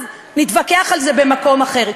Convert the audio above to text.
אז נתווכח על זה במקום אחר.